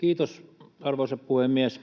Kiitos, arvoisa puhemies!